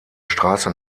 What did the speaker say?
straße